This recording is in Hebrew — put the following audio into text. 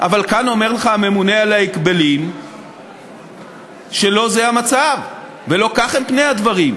כאן אומר לך הממונה על ההגבלים שלא זה המצב ולא כך הם פני הדברים.